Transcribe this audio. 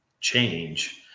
change